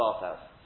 bathhouse